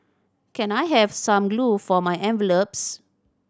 can I have some glue for my envelopes